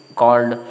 called